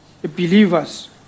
believers